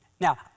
Now